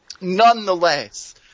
nonetheless